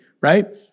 right